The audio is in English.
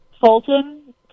Fulton